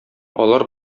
алар